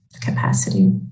capacity